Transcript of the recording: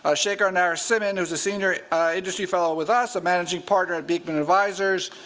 ah shekar narasimhan, who's a senior industry fellow with us, a managing partner of beekman advisors,